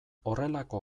horrelako